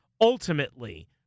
ultimately